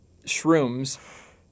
shrooms